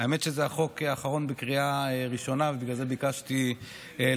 האמת היא שזה החוק האחרון לקריאה ראשונה ובגלל זה ביקשתי לדבר,